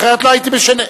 אחרת לא הייתי משנה.